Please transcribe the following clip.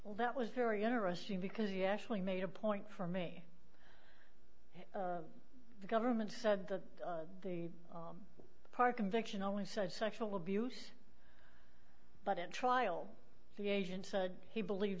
well that was very interesting because he actually made a point for me the government said that the park conviction only said sexual abuse but in trial the agent said he believe